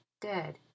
dead